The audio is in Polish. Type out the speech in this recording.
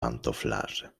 pantoflarze